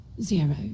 Zero